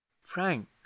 frank